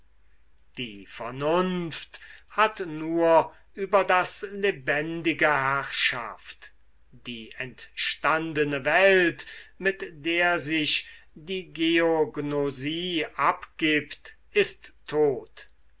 die vernunft hat nur über das lebendige herrschaft die entstandene welt mit der sich die geognosie abgibt ist tot